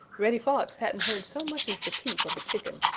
reddy fox hadn't heard so much as the peep of a chicken.